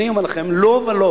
אני אומר לכם: לא ולא.